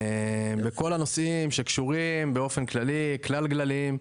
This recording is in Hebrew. וכל הנושאים שקשורים באופן כללי, כלל גלליים,